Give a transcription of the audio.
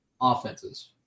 offenses